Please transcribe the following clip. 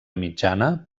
mitjana